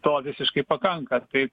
to visiškai pakanka tai